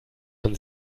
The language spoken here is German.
von